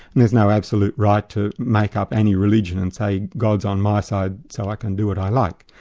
and there's no absolute right to make up any religion and say god's on my side so i can do what i like.